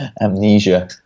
amnesia